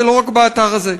זה לא רק באתר הזה,